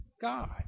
God